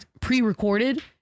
pre-recorded